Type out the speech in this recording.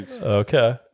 Okay